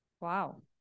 Wow